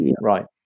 Right